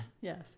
Yes